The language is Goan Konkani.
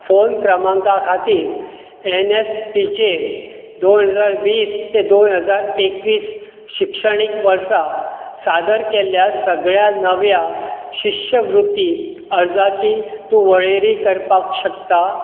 फोन क्रमांका खातीर एन एस पीचे दोन हजार वीस तें दोन हजार एकवीस शिक्षणीक वर्सा सादर केल्ल्या सगळ्या नव्या शिश्यवृत्ती अर्जाची तूं वळेरी करपाक शकता